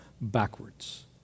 backwards